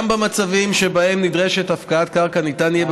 גם במצבים שבהם נדרשת הפקעת קרקע ניתן יהיה,